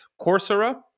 Coursera